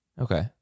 Okay